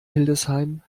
hildesheim